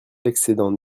l’excédent